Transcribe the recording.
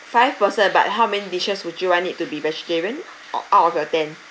five person but how many dishes would you want it to be vegetarian o~ out of your ten